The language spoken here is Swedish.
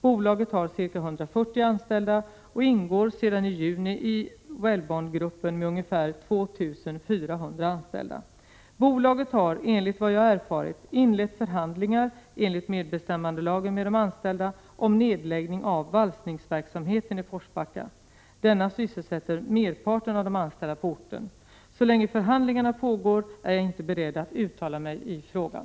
Bolaget har ca 140 anställda och ingår sedan i 29 juni i Welbondgruppen med ungefär 2 400 anställda. Bolaget har, enligt vad jag erfarit, inlett förhandlingar enligt medbestämmandelagen med de anställda om nedläggning av valsningsverksamheten i Forsbacka. Denna sysselsätter merparten av de anställda på orten. Så länge förhandlingarna pågår är jag inte beredd att uttala mig i frågan.